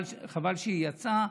חבל שהיא יצאה.